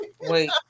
Wait